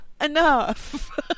enough